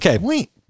wait